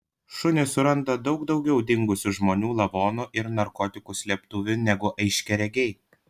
šunys suranda daug daugiau dingusių žmonių lavonų ir narkotikų slėptuvių negu aiškiaregiai